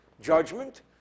judgment